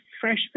fresh